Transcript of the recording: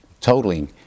Totaling